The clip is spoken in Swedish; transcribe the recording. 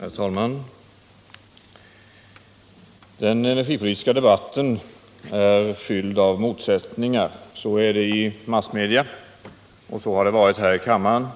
Herr talman! Den energipolitiska debatten är fylld av motsättningar. Så är det i massmedia, och så har det varit här i kammaren.